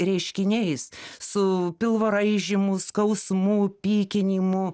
reiškiniais su pilvo raižymu skausmu pykinimu